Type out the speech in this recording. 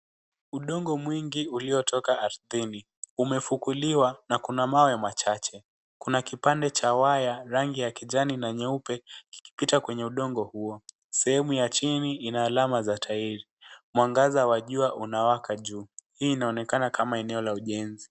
Udongo mwingi uliotoka ardhini umefukuliwa na kuna mawe machache. Kuna kipande cha waya rangi ya kijani na nyeupe kikipita kwenye udongo huo. Sehemu ya chini ina alama za tairi. Mwangaza wa jua unawaka juu. Hii inaonekana kama eneo la ujenzi.